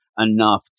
enough